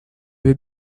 vais